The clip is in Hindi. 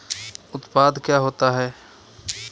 उत्पाद क्या होता है?